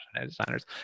Designers